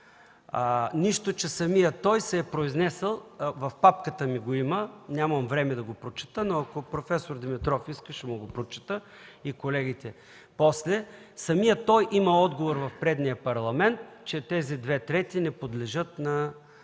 Нищо, че самият той се е произнесъл – в папката ми го има, нямам време да го прочета, но ако проф. Димитров иска, ще му го прочета и на колегите след това – самият той има отговор в предния Парламент, че тези две трети не подлежат на